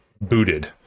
booted